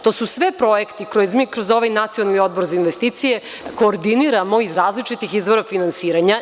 To su sve projekti koje mi kroz ovaj Nacionalni odbor za investicije koordiniramo iz različitih izvora finansiranja.